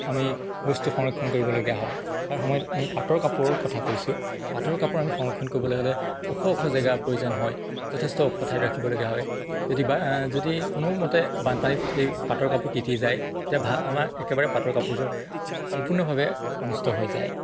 আমি বস্তু সংৰক্ষণ কৰিবলগীয়া হয় তাৰ সময়ত আমি পাটৰ কাপোৰৰ কথা কৈছোঁ পাটৰ কাপোৰ আমি সংৰক্ষণ কৰিবলে হ'লে ওখ ওখ জেগাৰ প্ৰয়োজন হয় যথেষ্ট ওখ ঠাইত ৰাখিবলগীয়া হয় যদি বা যদি কোনোমতে বানপানীত এই পাটৰ কাপোৰ তিটি যায় তেতিয়া আমাৰ একেবাৰে পাটৰ কাপোৰযোৰ সম্পূৰ্ণভাৱে অনিষ্ট হৈ যায়